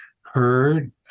heard